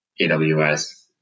AWS